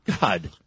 God